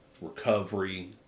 recovery